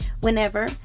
whenever